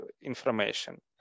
information